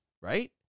right